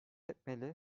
etmeli